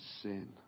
sin